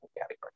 category